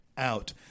Out